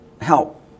help